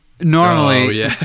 normally